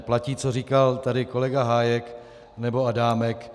Platí, co říkal tady kolega Hájek nebo Adámek.